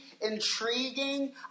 intriguing